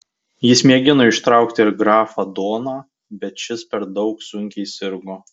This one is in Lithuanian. jis mėgino ištraukti ir grafą doną bet šis per daug sunkiai sirgo